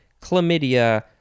chlamydia